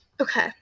Okay